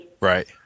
Right